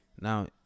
Now